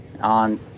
on